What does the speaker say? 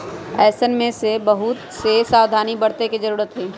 ऐसन में बहुत से सावधानी बरते के जरूरत हई